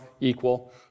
equal